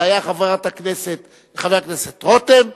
היו חבר הכנסת רותם,